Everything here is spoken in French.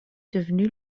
devenu